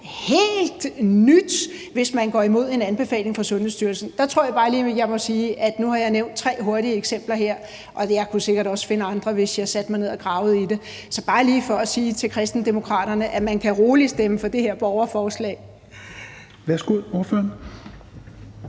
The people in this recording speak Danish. helt nyt, hvis man går imod en anbefaling fra Sundhedsstyrelsen. Der tror jeg bare lige, jeg må sige, at nu har jeg nævnt tre hurtige eksempler her, og jeg kunne sikkert også finde andre, hvis jeg satte mig ned og gravede i det. Så det er bare lige for at sige til Kristendemokraterne, at man roligt kan stemme for det her borgerforslag. Kl. 16:33 Tredje